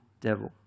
devil